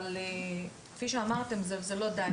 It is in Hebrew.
אבל כפי שאמרתם זה לא די,